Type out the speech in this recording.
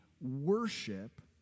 worship